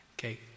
Okay